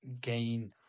gain